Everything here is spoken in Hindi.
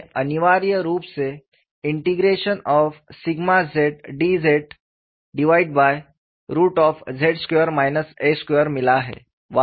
हमें अनिवार्य रूप से zdz मिला है